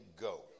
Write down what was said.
Go